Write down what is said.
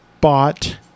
bought